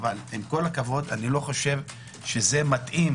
אבל עם כל הכבוד, אני לא חושב שזה מתאים